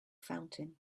fountain